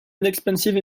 inexpensive